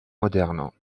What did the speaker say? modernes